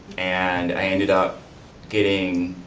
and i ended up getting,